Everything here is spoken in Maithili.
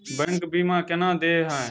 बैंक बीमा केना देय है?